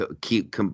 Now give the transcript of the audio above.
keep